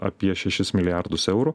apie šešis milijardus eurų